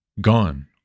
gone